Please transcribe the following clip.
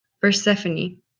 Persephone